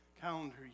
calendar